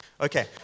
Okay